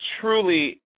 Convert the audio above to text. Truly